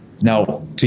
Now